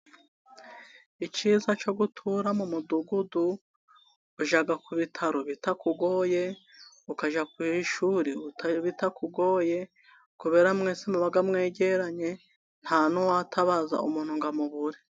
Ikiza cyo gutura mu mudugudu, ujya ku bitaro bitakugohoye, ukajya ku ishuri bitakugoye, kubera mwese muba mwegeranye, nta n'uwatabaza umuntu ngo amubure.